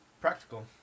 Practical